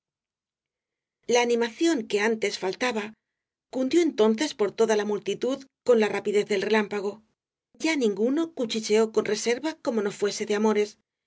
la animación que antes faltaba cundió entonces por toda la multitud con la rapidez del relámpago ya ninguno cuchicheó con reserva como no fuese de amores